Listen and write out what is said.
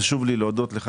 חשוב לי להודות לך,